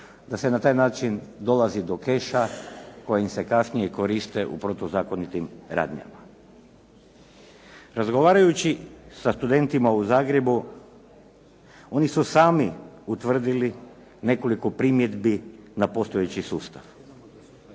Da se na taj način dolazi do keša kojim se kasnije koriste u protuzakonitim radnjama. Razgovarajući sa studentima u Zagrebu oni su sami utvrdili nekoliko primjedbi na postojeći sustav.